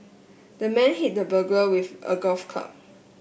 the man hit the burglar with a golf club